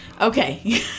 Okay